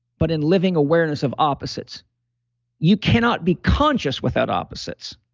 but in living awareness of opposites you cannot be conscious without opposites.